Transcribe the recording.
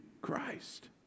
Christ